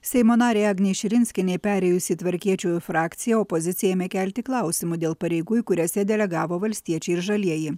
seimo narei agnei širinskienei perėjus į tvarkiečių frakciją opozicija ėmė kelti klausimų dėl pareigų į kurias ją delegavo valstiečiai ir žalieji